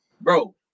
Bro